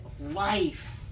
life